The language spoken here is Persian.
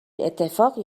اتفاقی